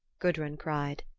gudrun cried.